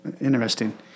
interesting